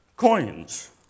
Coins